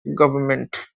government